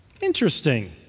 Interesting